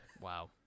Wow